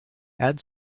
add